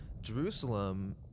Jerusalem